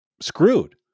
screwed